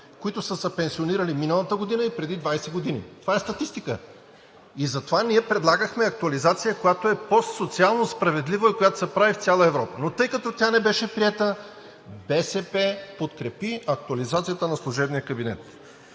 които са се пенсионирали миналата година и преди 20 години. Това е статистика. Затова ние предлагахме актуализация, която е социално по справедлива и която се прави в цяла Европа. Но, тъй като тя не беше приета, БСП подкрепи актуализацията на служебния кабинет.